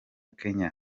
kenya